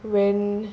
when